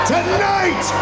Tonight